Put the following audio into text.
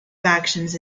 factions